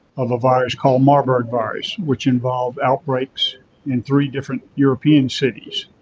of a virus called marburg virus which involves outbreaks in three different european cities,